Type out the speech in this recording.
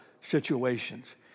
situations